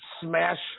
smash